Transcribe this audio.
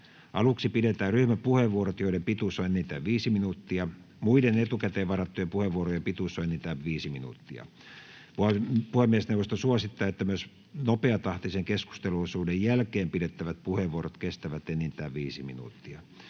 Aluksi pidetään ryhmäpuheenvuorot, joiden pituus on enintään 5 minuuttia. Muiden etukäteen varattujen puheenvuorojen pituus on enintään 5 minuuttia. Puhemiesneuvosto suosittaa, että myös nopeatahtisen keskusteluosuuden jälkeen pidettävät puheenvuorot kestävät enintään 5 minuuttia.